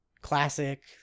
classic